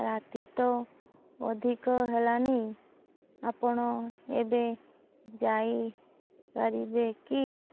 ରାତି ତ ଅଧିକ ହେଲାନି ଆପଣ ଏବେ ଯାଇପାରିବେ କି